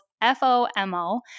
F-O-M-O